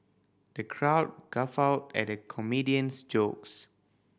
the crowd guffawed at the comedian's jokes